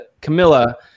Camilla